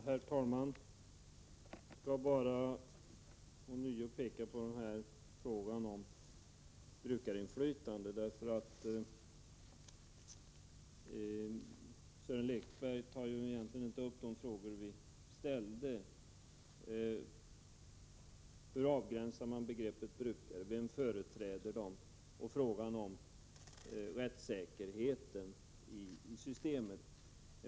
Herr talman! Jag vill bara ånyo peka på frågan om brukarinflytande. Sören Lekberg tar egentligen inte upp de frågor som vi har ställt, nämligen hur man avgränsar begreppet brukare, vem som företräder brukarna och hur rättssäkerheten tillgodoses.